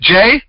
Jay